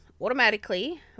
automatically